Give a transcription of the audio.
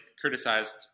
criticized